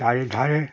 চারিধারে